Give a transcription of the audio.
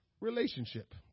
relationship